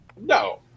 No